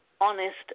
honest